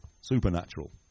supernatural